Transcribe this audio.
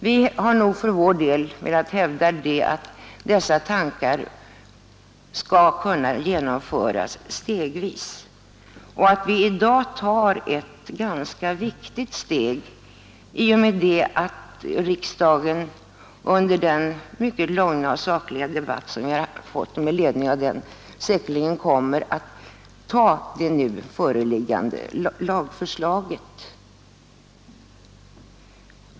Vi har nog för vår del velat hävda att dessa tankar skall kunna genomföras stegvis och att vi i dag tar ett ganska viktigt steg i och med att riksdagen efter den mycket lugna och sakliga debatt som vi har fått säkerligen kommer att anta det föreliggande lagförslaget.